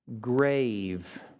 grave